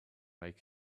make